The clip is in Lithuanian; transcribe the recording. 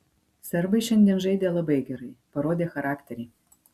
serbai šiandien žaidė labai gerai parodė charakterį